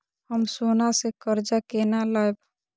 हम सोना से कर्जा केना लैब?